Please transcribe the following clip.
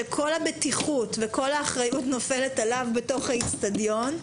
שכל הבטיחות וכל האחריות נופלת עליו בתוך האצטדיון.